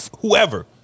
whoever